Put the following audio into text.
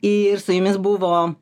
ir su jumis buvo